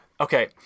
Okay